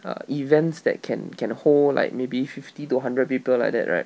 err events that can can hold like maybe fifty to hundred people like that right